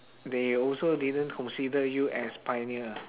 they also didn't consider you as pioneer